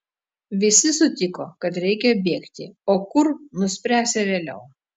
visi sutiko kad reikia bėgti o kur nuspręsią vėliau